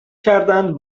کردند